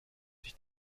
sich